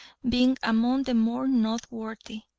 being among the more noteworthy.